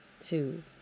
two